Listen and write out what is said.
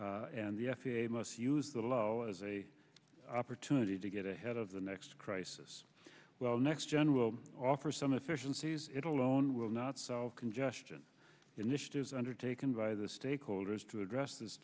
and the f a a must use the low as a opportunity to get ahead of the next crisis well next gen offer some efficiencies it alone will not solve congestion initiatives undertaken by the stakeholders to address this